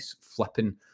flipping